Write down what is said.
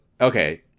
okay